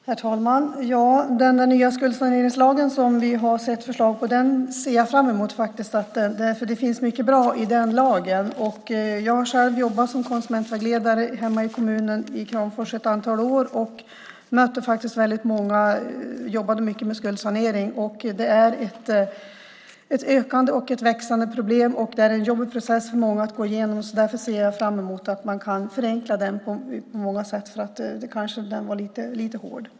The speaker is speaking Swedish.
Herr talman! Den nya skuldsaneringslagen som vi har sett förslag på ser jag fram emot, för det finns mycket bra i den lagen. Jag har själv jobbat som konsumentvägledare hemma i kommunen i Kramfors ett antal år och jobbade mycket med skuldsanering. Det är ett ökande och växande problem, och det är en jobbig process för många att gå igenom. Därför ser jag fram emot att man kan förenkla den på många sätt, för den har kanske varit lite hård.